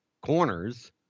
corners